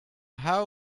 how